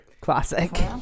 Classic